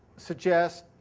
suggest,